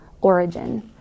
origin